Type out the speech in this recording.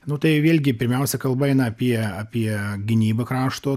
nu tai vėlgi pirmiausia kalba eina apie apie gynybą krašto